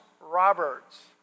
Roberts